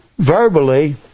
verbally